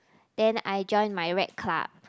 then I joined my red club